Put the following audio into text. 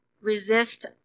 resist